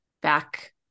back